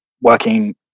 working